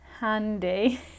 handy